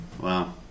wow